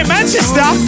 Manchester